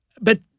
But-